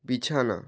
বিছানা